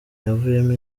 yavuyemo